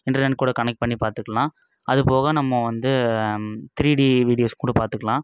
internet கூட connect பண்ணி பார்த்துக்கலாம் அதுபோக நம்ம வந்து த்ரீ டி வீடியோஸ் கூட பார்த்துக்கலாம்